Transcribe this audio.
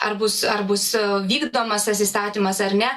ar bus ar bus vykdomas tas įstatymas ar ne